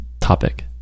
topic